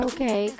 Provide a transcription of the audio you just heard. Okay